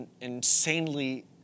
insanely